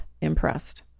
impressed